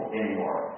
anymore